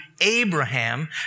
Abraham